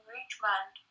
Richmond